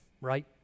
right